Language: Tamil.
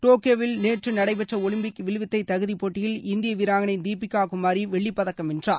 டோக்கியோவில் நேற்று நடைபெற்ற ஒலிம்பிக் வில்வித்தை தகுதிப் போட்டியில் இந்திய வீராங்கனை தீபிகா குமாரி வெள்ளிப்பதக்கம் வென்றார்